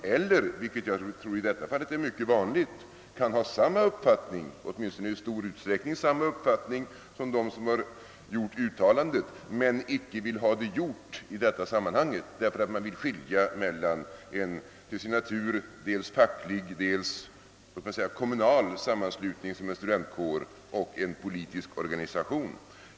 Åtminstone tror jag det är mycket vanligt att en medlem i stor utsträckning har samma uppfattning som de som har gjort uttalandet men icke vill ha något uttalande i detta sammanhang, därför att han vill skilja mellan en till sin natur dels facklig, dels närmast kommunal sammanslutning som en studentkår är och en politisk organisation.